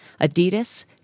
Adidas